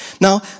Now